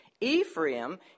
Ephraim